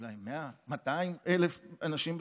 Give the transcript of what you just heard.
אולי 100,000, 200,000 אנשים בשכונה.